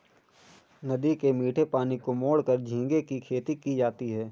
नदी के मीठे पानी को मोड़कर झींगे की खेती की जाती है